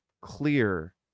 clear